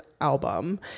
album